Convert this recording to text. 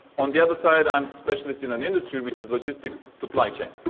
on the other side, i'm specialist in an industry which is logistics supply chain.